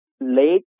late